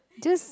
just